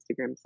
Instagram